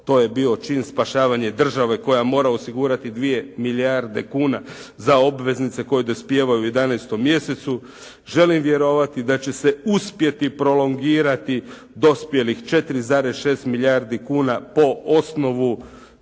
to je bio čin spašavanja države koja mora osigurati 2 milijarde kuna za obveznice koje dospijevaju u 11. mjesecu. Želim vjerovati da će se uspjeti prolongirati dospjelih 4,6 milijardi kuna po osnovu